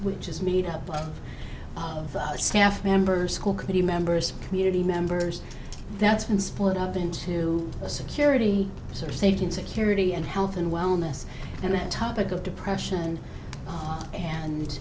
which is made up of staff members school committee members community members that's been split up into a security officer safety and security and health and wellness and the topic of depression and and